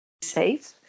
safe